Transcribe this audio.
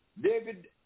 David